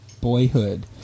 boyhood